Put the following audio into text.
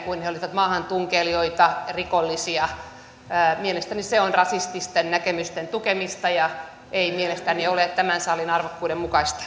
maahan tunkeilijoita rikollisia mielestäni se on rasististen näkemysten tukemista ja ei mielestäni ole tämän salin arvokkuuden mukaista